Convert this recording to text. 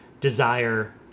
desire